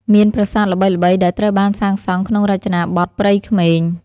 មានប្រាសាទល្បីៗដែលត្រូវបានសាងសង់ក្នុងរចនាបថព្រៃក្មេង ។